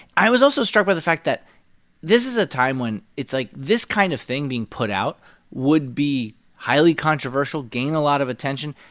i was also struck by the fact that this is a time when it's like this kind of thing being put out would be highly controversial, gain a lot of attention,